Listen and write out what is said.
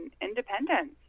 independence